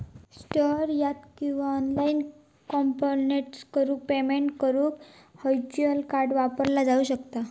store यात किंवा online contactless payment करुक व्हर्च्युअल कार्ड वापरला जाऊ शकता